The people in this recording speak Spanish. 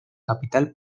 capital